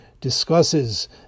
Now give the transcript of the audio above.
discusses